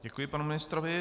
Děkuji panu ministrovi.